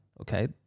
okay